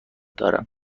دارم